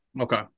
Okay